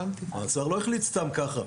השר לא החליט סתם ככה.